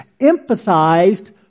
emphasized